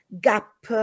gap